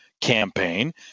campaign